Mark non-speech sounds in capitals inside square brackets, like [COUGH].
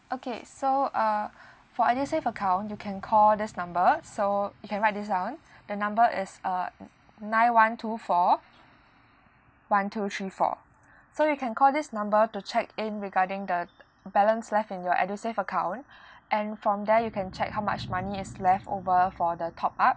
okay so uh [BREATH] for edusave account you can call this number so you can write this down the number is uh nine one two four one two three four so you can call this number to check in regarding the balance left in your edusave account and from there you can check how much money is left over for the top up